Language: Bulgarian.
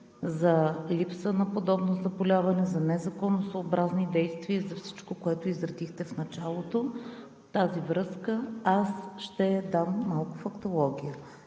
за липса на подобно заболяване, за незаконосъобразни действия за всичко, което изредихте в началото. Във връзка с това аз ще дам малко фактология.